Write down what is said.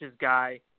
guy